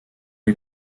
est